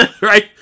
Right